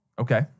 Okay